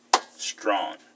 strong